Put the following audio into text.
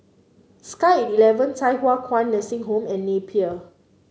sky eleven Thye Hua Kwan Nursing Home and Napier